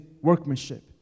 workmanship